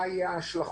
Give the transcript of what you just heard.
מה יהיו ההשלכות.